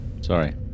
Sorry